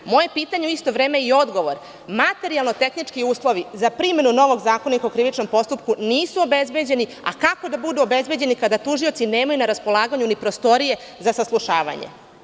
Moje pitanje je u isto vreme i odgovor – materijalno-tehnički uslovi za primenu novog Zakonika o krivičnom postupku nisu obezbeđeni, a kako da budu obezbeđeni kada tužioci nemaju na raspolaganju ni prostorije za saslušavanje.